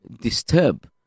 disturb